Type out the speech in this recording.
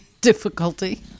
difficulty